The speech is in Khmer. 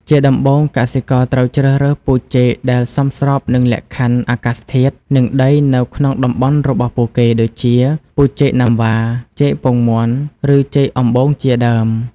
ជាដំបូង កសិករត្រូវជ្រើសរើសពូជចេកដែលសមស្របនឹងលក្ខខណ្ឌអាកាសធាតុ និងដីនៅក្នុងតំបន់របស់ពួកគេ ដូចជា ពូជចេកណាំវ៉ា ចេកពងមាន់ ឬចេកអំបូងជាដើម។